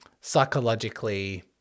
psychologically